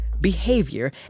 behavior